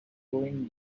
going